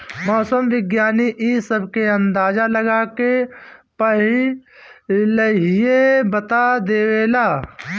मौसम विज्ञानी इ सब के अंदाजा लगा के पहिलहिए बता देवेला